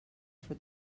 for